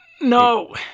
no